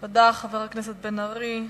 תודה, חבר הכנסת בן-ארי.